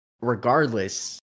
regardless